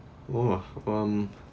!wah! hmm